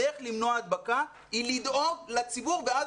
הדרך למנוע הדבקה היא לדאוג לציבור ואז